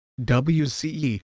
WCE